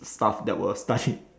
stuff that were studied